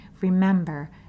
Remember